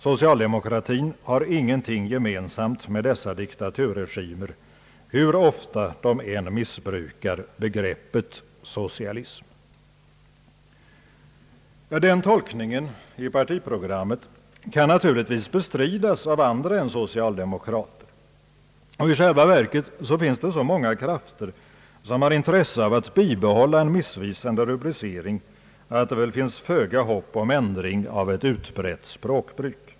Socialdemokratin har ingenting gemensamt med dessa diktaturregimer, bur ofta de än missbrukar begreppet socialism.» Den tolkningen i partiprogrammet kan naturligtvis bestridas av andra än socialdemokrater, och i själva verket finns så många krafter som har intresse av att bibehålla en missvisande rubricering att det väl finns föga hopp om ändring av ett utbrett språkbruk.